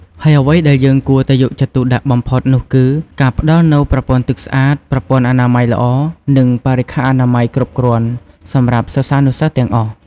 ហើយអ្វីដែលយើងគួរតែយកចិត្តទុកដាក់បំផុតនោះគឺការផ្តល់នូវប្រពន្ធ័ទឺកស្អាត ប្រពន្ធ័អនាម័យល្អ និងបរិក្ខារអនាម័យគ្រប់គ្រាន់សម្រាប់សិស្សានុសិស្សទាំងអស់។